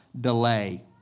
delay